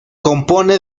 compone